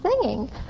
singing